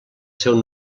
seu